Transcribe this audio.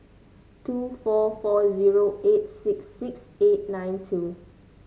two four four zero eight six six eight nine two